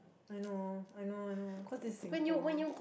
I know I know I know cause this is Singapore